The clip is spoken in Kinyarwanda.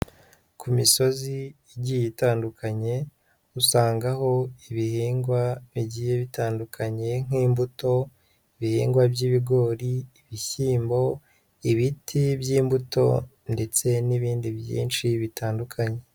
Ku misozi igiye itandukanye, usangaho ibihingwa bigiye bitandukanye nk'imbuto, ibihingwa by'ibigori, ibishyimbo, ibiti by'imbuto ndetse n'ibindi byinshi bitandukanye.